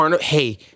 Hey